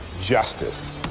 justice